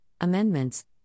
Amendments